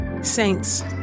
Saints